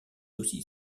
aussi